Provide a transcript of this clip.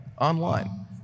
online